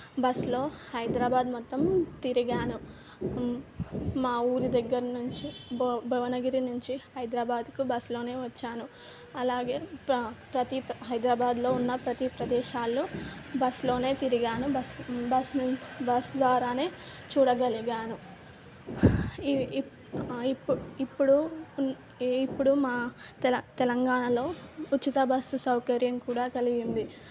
బస్లో హైదరాబాద్ మొత్తం తిరిగాను మా ఊరి దగ్గర నుంచి భ భువనగిరి నుంచి హైదరాబాద్కు బస్లో వచ్చాను అలాగే ప ప్రతి హైదరాబాదులో ఉన్న ప్రతి ప్రదేశాలలో బస్లో తిరిగాను బస్ బస్ను బస్ ద్వారా చూడగలిగాను ఈ ఈ ఇప్పుడ్ ఇప్పుడు ఇప్పుడు మా తెల తెలంగాణలో ఉచిత బస్సు సౌకర్యం కూడా కలిగింది